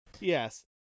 Yes